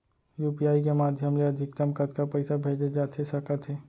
UPI के माधयम ले अधिकतम कतका पइसा भेजे जाथे सकत हे?